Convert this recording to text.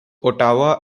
ottawa